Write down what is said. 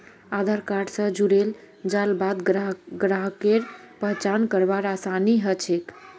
आधार card स जुड़ेल जाल बाद ग्राहकेर पहचान करवार आसानी ह छेक